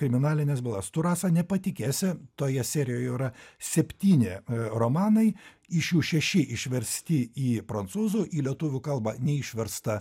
kriminalines bylas tu rasa nepatikėsi toje serijoj jau yra septyni romanai iš jų šeši išversti į prancūzų į lietuvių kalbą neišversta